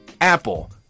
Apple